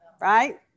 Right